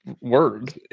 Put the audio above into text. word